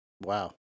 Wow